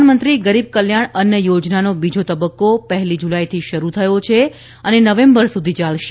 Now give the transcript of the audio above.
પ્રધાનમંત્રી ગરીબ કલ્યાણ અન્ન યોજનાનો બીજો તબકકો પહેલી જુલાઇથી શરૂ થયો છે અને નવેમ્બર સુધી યાલશે